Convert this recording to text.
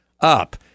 up